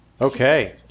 Okay